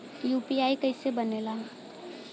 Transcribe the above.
UPI कईसे बनेला?